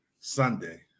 Sunday